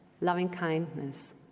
loving-kindness